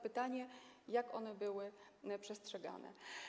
Pytanie, jak one były przestrzegane.